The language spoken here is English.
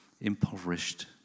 impoverished